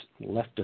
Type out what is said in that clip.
leftist